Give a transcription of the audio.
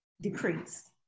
decreased